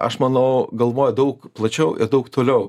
aš manau galvoja daug plačiau ir daug toliau